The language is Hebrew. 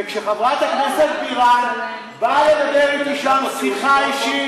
וכשחברת הכנסת בירן באה לדבר אתי שם שיחה אישית,